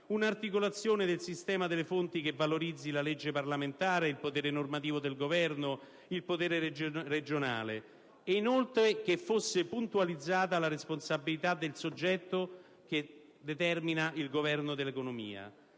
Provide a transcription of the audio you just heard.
una articolazione del sistema delle fonti che valorizzi la legge parlamentare, il potere normativo del Governo, la potestà legislativa regionale. Inoltre, che fosse puntualizzata la responsabilità del soggetto che determina il governo dell'economia.